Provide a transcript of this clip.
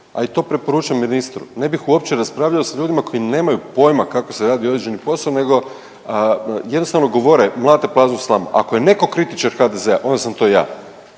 a i to preporučam ministru ne bi uopće raspravljao s ljudima kako se radi određeni posao nego jednostavno govore, mlate praznu slamu. Ako je netko kritičar HDZ-a onda sam to ja,